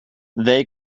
they